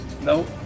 Nope